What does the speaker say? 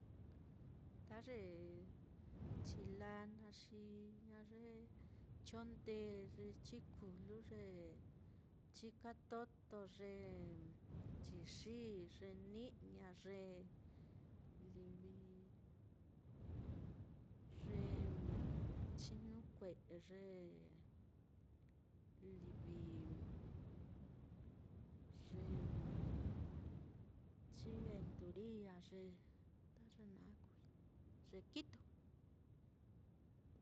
Ta ye chilaa naá xi ijña ye chongdee, ye chikulu, ye chikatoto, ye nchixi, ye ni'ña, ye livi ye chinuukue'e, ye livi ye chi venturia, ye ta ye naá kuui, ye kitu.